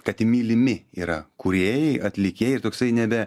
kad mylimi yra kūrėjai atlikėjai ir toksai nebe